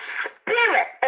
spirit